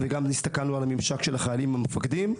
הסתכלנו גם על הממשק של החיילים עם המפקדים.